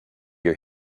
you